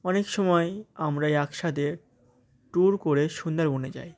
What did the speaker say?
অনেক সময় আমরা একসাথে ট্যুর করে সুন্দরবনে যাই